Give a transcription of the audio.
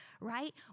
right